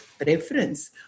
preference